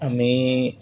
আমি